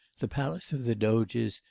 the palace of the doges,